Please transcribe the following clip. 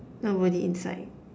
nobody inside